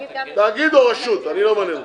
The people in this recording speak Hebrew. התאגיד או הרשות, לא מעניין אותי.